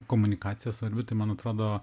komunikacija svarbi tai man atrodo